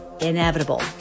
inevitable